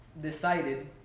decided